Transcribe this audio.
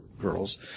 girls